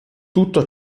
tutto